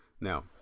Now